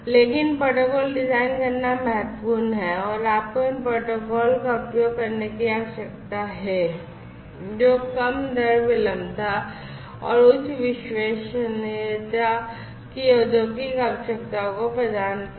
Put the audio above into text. लेकिन protocol design करना महत्वपूर्ण है और आपको इन प्रोटोकॉल का उपयोग करने की आवश्यकता है जो कम दर विलंबता और उच्च विश्वसनीयता की औद्योगिक आवश्यकताओं को प्रदान करे